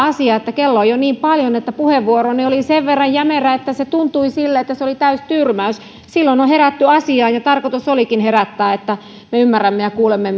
asia kun kello on jo niin paljon että puheenvuoroni oli sen verran jämerä että se tuntui sille että se oli täystyrmäys silloin on on herätty asiaan ja tarkoitus olikin herättää että me ymmärrämme ja kuulemme